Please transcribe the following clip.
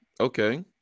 Okay